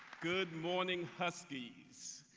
good morning huskies!